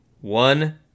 One